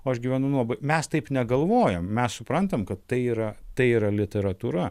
o aš gyvenu nuobo mes taip negalvojam mes suprantam kad tai yra tai yra literatūra